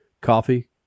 coffee